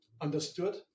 understood